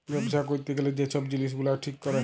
ব্যবছা ক্যইরতে গ্যালে যে ছব জিলিস গুলা ঠিক ক্যরে